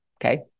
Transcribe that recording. okay